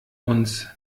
uns